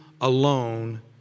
alone